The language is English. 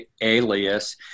alias